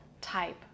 type